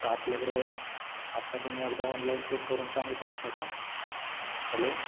आपल्याकडं आत्ता तुम्ही एकदा ऑनलाईन चेक करून सांगू शकता का हॅलो